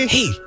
Hey